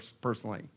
personally